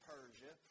Persia